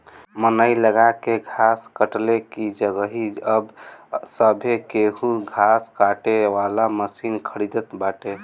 मनई लगा के घास कटले की जगही अब सभे केहू घास काटे वाला मशीन खरीदत बाटे